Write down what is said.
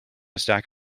stack